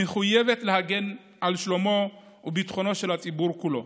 מחויבת להגן על שלומו וביטחונו של הציבור כולו,